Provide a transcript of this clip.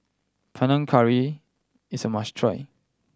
Panang Curry is a must try